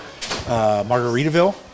Margaritaville